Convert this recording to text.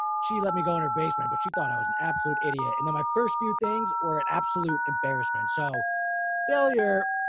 she let me go in her basement, but she thought i was an absolute idiot. and then my first few things or an absolute embarrassment. so failure,